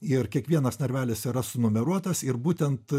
ir kiekvienas narvelis yra sunumeruotas ir būtent